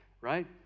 Right